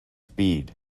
speed